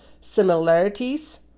similarities